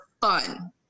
fun